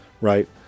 right